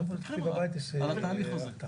שאנחנו מפקחים על התהליך הזה.